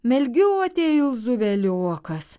melgiotė il zuveliokas